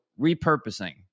repurposing